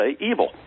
evil